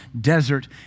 desert